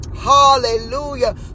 Hallelujah